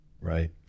right